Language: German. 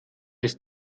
ist